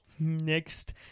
Next